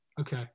okay